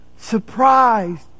surprised